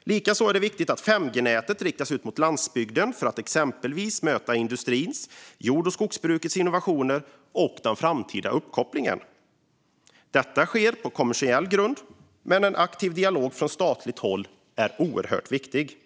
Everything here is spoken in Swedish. Likaså är det viktigt att 5G-nätet riktas ut mot landsbygden för att möta industrins och jord och skogsbrukets innovationer och framtida uppkoppling. Detta ska ske på kommersiell grund, men en aktiv dialog från statligt håll är viktig.